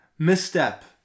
misstep